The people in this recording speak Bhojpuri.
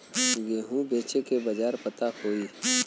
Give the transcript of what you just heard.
गेहूँ बेचे के बाजार पता होई?